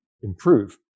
improve